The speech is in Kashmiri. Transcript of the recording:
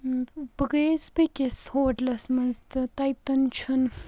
بہٕ گٔیس بیٚکِس ہوٹلَس منٛز تہٕ تَتٮ۪ن چھُنہٕ